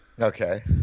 Okay